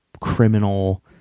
criminal